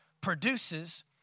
produces